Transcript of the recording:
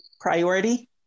priority